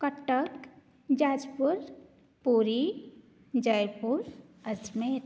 कट्टक् जाज्पुरं पुरि जैपुरं अज्मेर्